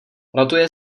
rotuje